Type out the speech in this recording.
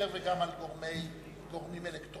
דיבר גם על גורמי מודיעין וגם על גורמים אלקטרוניים.